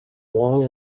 long